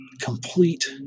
complete